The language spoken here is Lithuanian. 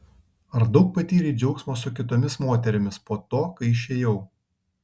ar daug patyrei džiaugsmo su kitomis moterimis po to kai išėjau